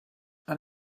and